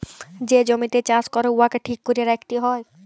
যে জমিতে চাষ ক্যরে উয়াকে ঠিক ক্যরে রাইখতে হ্যয়